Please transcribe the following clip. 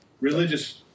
religious